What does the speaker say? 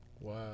Wow